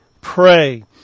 pray